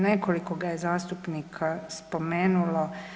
Nekoliko ga je zastupnika spomenulo.